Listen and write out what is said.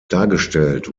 dargestellt